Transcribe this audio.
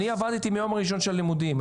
אני עבדתי מהיום הראשון של הלימודים.